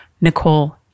Nicole